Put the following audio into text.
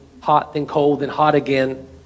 hot-then-cold-then-hot-again